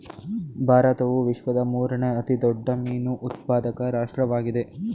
ಭಾರತವು ವಿಶ್ವದ ಮೂರನೇ ಅತಿ ದೊಡ್ಡ ಮೀನು ಉತ್ಪಾದಕ ರಾಷ್ಟ್ರವಾಗಿದೆ